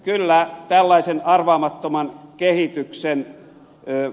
kyllä tällaisen arvaamattoman kehityksen eiv